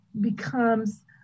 becomes